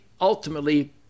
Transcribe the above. ultimately